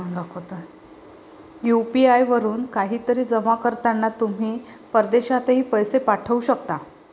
UPI वरून काहीतरी जमा करताना तुम्ही परदेशातही पैसे पाठवू शकता